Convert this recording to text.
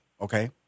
okay